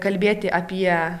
kalbėti apie